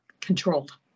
controlled